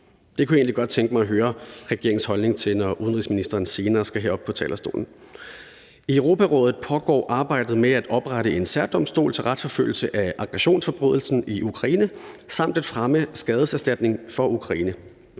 Det kunne jeg egentlig godt tænke mig at høre regeringens holdning til, når udenrigsministeren senere skal herop på talerstolen. I Europarådet pågår arbejdet med at oprette en særdomstol til retsforfølgelse i forbindelse med aggressionsforbrydelsen i Ukraine samt at fremme skadeserstatning for Ukraine.